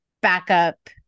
backup